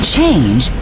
Change